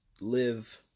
live